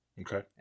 Okay